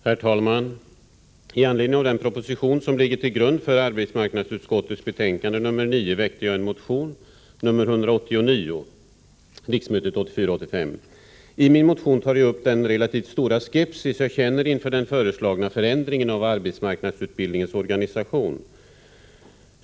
Herr talman! I anledning av den proposition som ligger till grund för arbetsmarknadsutskottets betänkande 9 väckte jag en motion, nr 1984/ 85:186. I min motion tar jag upp den relativt stora skepsis jag känner inför den föreslagna förändringen av arbetsmarknadsutbildningens organisation.